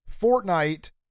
Fortnite